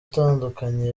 atandukanye